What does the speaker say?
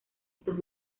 estos